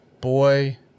boy